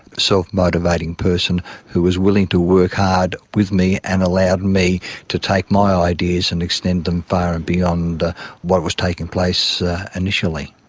self-motivating person who is willing to work hard with me and allowed me to take my ideas and extend them far and beyond what was taking place initially.